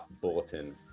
Bulletin